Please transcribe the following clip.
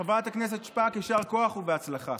חברת הכנסת שפק, יישר כוח ובהצלחה.